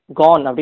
gone